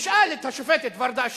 תשאל את השופטת ורדה אלשיך.